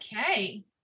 Okay